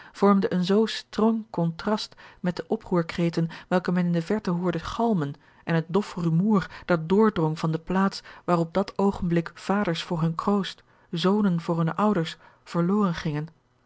vormde een zoo strong contrast met de oproerkreten welke men in de verte hoorde galmen en het dof rumoer dat doordrong van de plaats waar op dat oogenblik vaders voor hun kroost zonen voor hunne ouders verloren gingen